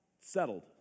settled